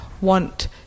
want